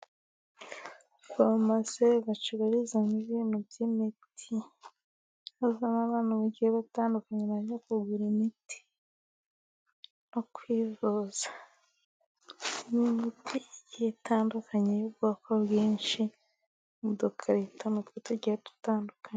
Farumase bacururizamo ibintu by'imiti. Hazamo abantu bagiye batandukanye bajya kugura imiti no kwivuza, ni imiti itandukanye y'ubwoko bwinshi, mudukarito natwo tugiye dutandukanye.